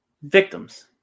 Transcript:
Victims